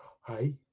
Hi